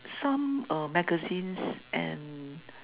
some err magazines and